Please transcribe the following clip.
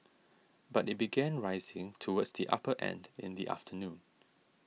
but it began rising towards the upper end in the afternoon